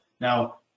now